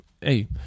hey